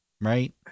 right